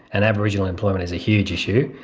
and aboriginal employment is a huge issue.